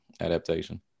adaptation